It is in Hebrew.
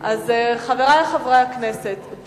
חברי חברי הכנסת,